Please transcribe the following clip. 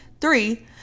Three